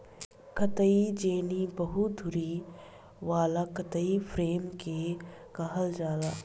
कताई जेनी बहु धुरी वाला कताई फ्रेम के कहल जाला